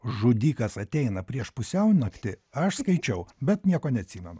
žudikas ateina prieš pusiaunaktį aš skaičiau bet nieko neatsimenu